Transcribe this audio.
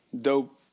dope